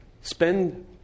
spend